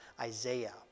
Isaiah